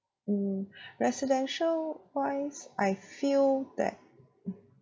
mm residential wise I feel that